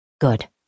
Good